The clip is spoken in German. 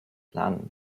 plan